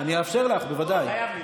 אני אאפשר לך, בוודאי.